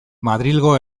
madrilgo